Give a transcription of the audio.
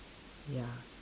ya